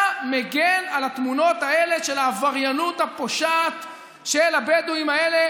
אתה מגן על התמונות האלה של העבריינות הפושעת של הבדואים האלה,